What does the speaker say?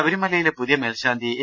ശബരിമലയിലെ പുതിയ മേൽശാന്തി എ